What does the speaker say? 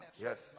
Yes